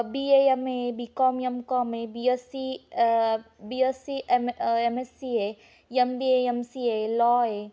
B A M A B com M com आहे B S C B S C M M S C आहे M B A M C A आहे law आहे